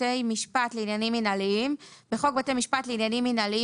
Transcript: בתי משפט לעניינים מינהליים 33. בחוק בתי משפט לעניינים מינהליים,